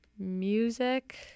music